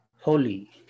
holy